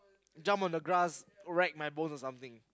jump on the grass wreck my bones or something